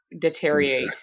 deteriorate